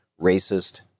racist